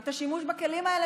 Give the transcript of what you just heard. את השימוש בכלים האלה,